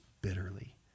bitterly